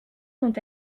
quand